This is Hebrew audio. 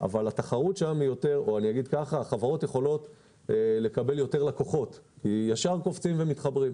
אבל שם החברות יכולות לקבל יותר לקוחות כי ישר קופצים ומתחברים.